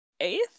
eighth